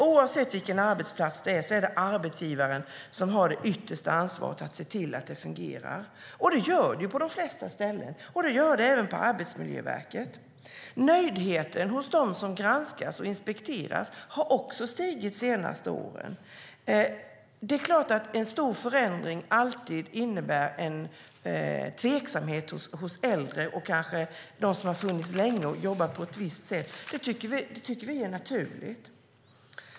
Oavsett vilken arbetsplats det gäller är det arbetsgivaren som har det yttersta ansvaret för att se till att det fungerar. Det fungerar på de flesta ställen, även på Arbetsmiljöverket. Nöjdheten hos dem som granskas och inspekteras har ökat de senaste åren. Det är klart att en stor förändring alltid medför tveksamhet bland äldre och bland dem som jobbat länge på ett visst sätt. Det är naturligt.